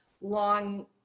long